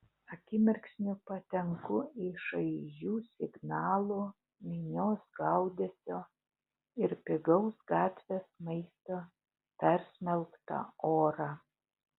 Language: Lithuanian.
akimirksniu patenku į šaižių signalų minios gaudesio ir pigaus gatvės maisto persmelktą orą